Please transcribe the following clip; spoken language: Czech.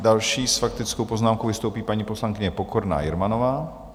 Další s faktickou poznámkou vystoupí paní poslankyně Pokorná Jermanová.